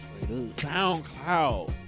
SoundCloud